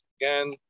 again